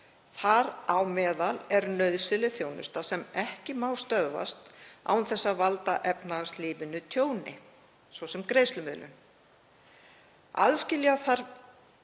Þar á meðal er nauðsynleg þjónusta sem ekki má stöðvast án þess að valda efnahagslífinu tjóni, svo sem greiðslumiðlun. Aðskilja þarf